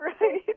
Right